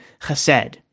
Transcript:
chesed